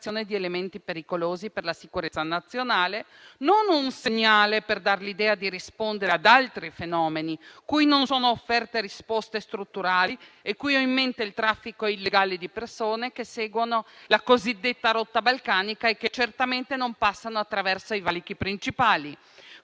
di elementi pericolosi per la sicurezza nazionale, non un segnale per dar l'idea di rispondere ad altri fenomeni cui non sono offerte risposte strutturali: a tale proposito ho in mente il traffico illegale di persone che seguono la cosiddetta rotta balcanica e che certamente non passano attraverso i valichi principali.